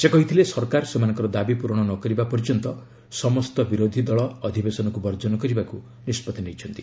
ସେ କହିଥିଲେ ସରକାର ସେମାନଙ୍କର ଦାବି ପୂରଣ ନ କରିବା ପର୍ଯ୍ୟନ୍ତ ସମଗ୍ର ବିରୋଧୀ ଦଳ ଅଧିବେଶନକୁ ବର୍ଜନ କରିବାକୁ ନିଷ୍ପଭି ନେଇଛନ୍ତି